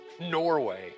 norway